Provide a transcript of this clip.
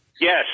Yes